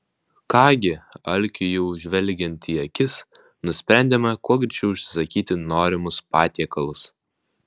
ką gi alkiui jau žvelgiant į akis nusprendėme kuo greičiau užsisakyti norimus patiekalus